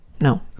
No